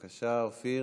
בבקשה, אופיר.